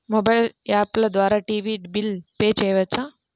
Mobile app ద్వారా TV bill pay చేయవచ్చా?